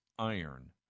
Iron